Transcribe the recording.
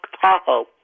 Tahoe